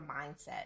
mindset